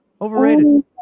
Overrated